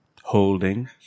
Holding